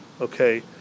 Okay